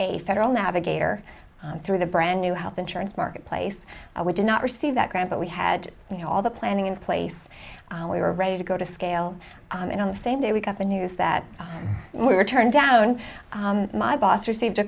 a federal navigator through the brand new health insurance marketplace and we did not receive that grant but we had you know all the planning in place we were ready to go to scale and on the same day we got the news that we were turned down my boss received a